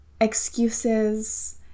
excuses